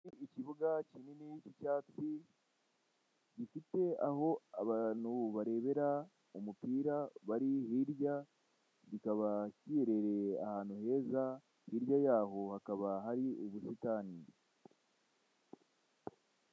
Ikibuga kinini cy'icyatsi, gifite aho abantu barebera umupira bari hirya, kikaba giherereye ahantu heza, hirya yaho hakaba hari ubusitani.